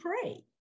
pray